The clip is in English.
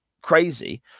crazy